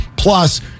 Plus